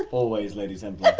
always, lady templar.